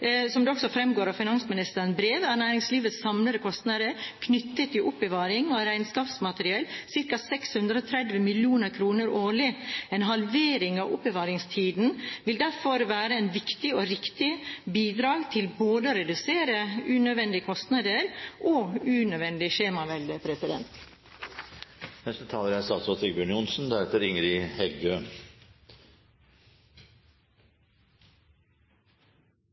er næringslivets samlede kostnader knyttet til oppbevaring av regnskapsmateriell ca. 630 mill. kr årlig. En halvering av oppbevaringstiden vil derfor være et viktig og riktig bidrag til å redusere både unødvendige kostnader og unødvendig skjemavelde. Det er mye å glede seg over i Norge, og det er